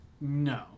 No